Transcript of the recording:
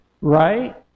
Right